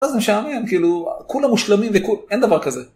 לא זה משעמם כאילו, כולם מושלמים וכולם, אין דבר כזה.